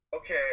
Okay